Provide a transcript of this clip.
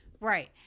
Right